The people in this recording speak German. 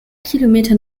kilometer